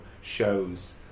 shows